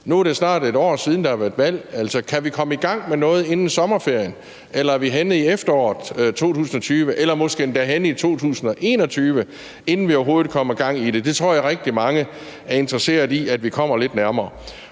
Nu er det snart et år siden, der har været valg. Altså, kan vi komme i gang med noget inden sommerferien, eller er vi henne i efteråret 2020 eller måske endda henne i 2021, inden der overhovedet kommer gang i det? Det tror jeg rigtig mange er interesserede i at vi kommer lidt nærmere.